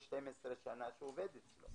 12 שנה שהוא עובד אצלו,